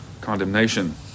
condemnation